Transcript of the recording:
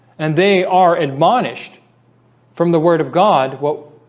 and they are admonished from the word of god what?